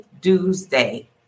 Tuesday